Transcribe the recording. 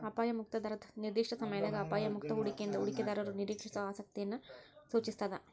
ಅಪಾಯ ಮುಕ್ತ ದರ ನಿರ್ದಿಷ್ಟ ಸಮಯದಾಗ ಅಪಾಯ ಮುಕ್ತ ಹೂಡಿಕೆಯಿಂದ ಹೂಡಿಕೆದಾರರು ನಿರೇಕ್ಷಿಸೋ ಆಸಕ್ತಿಯನ್ನ ಸೂಚಿಸ್ತಾದ